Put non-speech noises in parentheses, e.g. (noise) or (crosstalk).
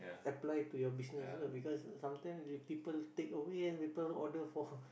apply to your business also because sometimes will people take away people order for (laughs)